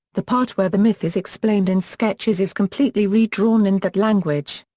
the part where the myth is explained in sketches is completely redrawn in that language.